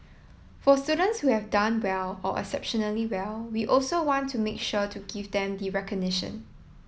for students who have done well or exceptionally well we also want to make sure to give them the recognition